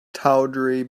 tawdry